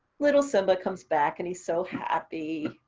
little simba comes back and he's so happy.